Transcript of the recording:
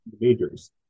majors